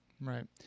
Right